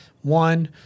one